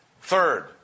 Third